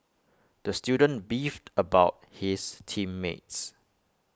the student beefed about his team mates